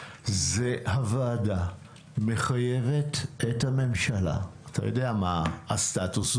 זה שהוועדה מחייבת את הממשלה אתה יודע מה הסטטוס,